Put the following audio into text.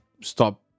stop